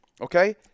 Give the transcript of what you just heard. Okay